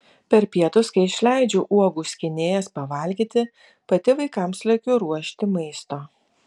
per pietus kai išleidžiu uogų skynėjas pavalgyti pati vaikams lekiu ruošti maisto